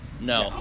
No